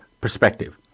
perspective